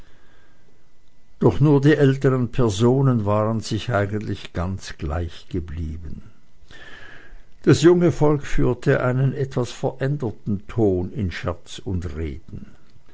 doch nur die älteren personen waren sich eigentlich ganz gleichgeblieben das junge volk führte einen etwas veränderten ton in scherz und reden